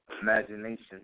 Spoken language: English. imagination